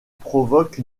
provoque